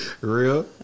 Real